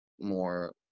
more